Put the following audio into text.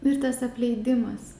ir tas apleidimas